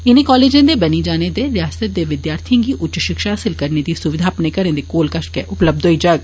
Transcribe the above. इनें कालजें दे बनी जाने नै रयासतै दे विद्यार्थियें गी उच्च शिक्षा हासल करने दी सुविधा अपने घरें कश गै उपलब्ध होई जाग